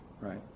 right